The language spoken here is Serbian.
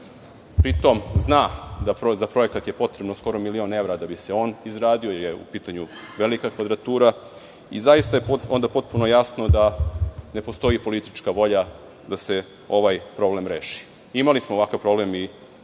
Pri tome zna da je za projekat potrebno skoro milion evra da bi se on izradio, jer je u pitanju velika kvadratura i zaista je onda potpuno jasno da ne postoji politička volja da se ovaj problem reši. Imali smo ovakav problem i